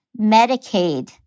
Medicaid